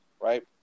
right